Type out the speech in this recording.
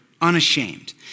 unashamed